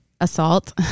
assault